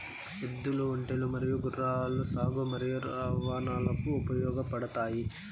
ఎద్దులు, ఒంటెలు మరియు గుర్రాలు సాగు మరియు రవాణాకు ఉపయోగపడుతాయి